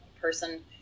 person